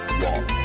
walk